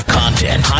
content